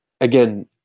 Again